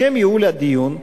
לשם ייעול הדיון,